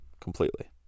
completely